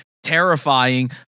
terrifying